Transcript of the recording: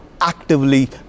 actively